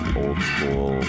old-school